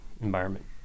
environment